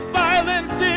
violence